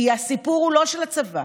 כי הסיפור הוא לא של הצבא,